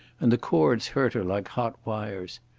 and the cords hurt her like hot wires.